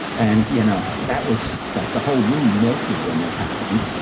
and you know that was, like the whole room melted when that happened.